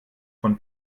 von